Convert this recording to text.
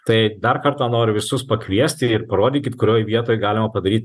tai dar kartą noriu visus pakviesti ir parodykit kurioj vietoj galima padaryt